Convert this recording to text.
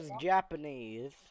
Japanese